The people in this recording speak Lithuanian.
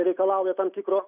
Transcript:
reikalauja tam tikro